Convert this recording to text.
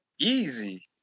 Easy